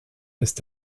ist